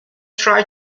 try